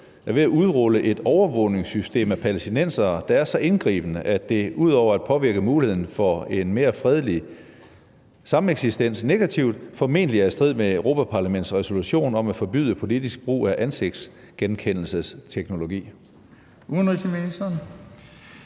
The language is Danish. er ved at udrulle et overvågningssystem af palæstinensere, der er så indgribende, at det – ud over at påvirke muligheden for en mere fredelig sameksistens negativt – formentlig er i strid med Europa-Parlamentets resolution om at forbyde politisk brug af ansigtsgenkendelsesteknologi? Den fg.